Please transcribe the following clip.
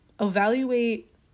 evaluate